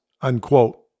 unquote